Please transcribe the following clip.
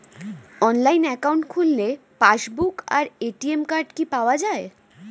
Online account খুললে passbook আর ATM card কি পাওয়া যায়?